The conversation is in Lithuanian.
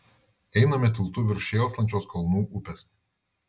einame tiltu virš šėlstančios kalnų upės